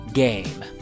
game